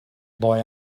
boy